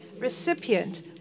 recipient